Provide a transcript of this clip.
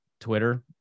Twitter